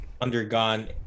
undergone